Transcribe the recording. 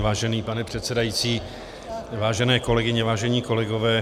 Vážený pane předsedající, vážené kolegyně, vážení kolegové.